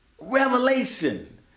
revelation